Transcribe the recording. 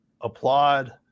applaud